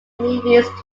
movies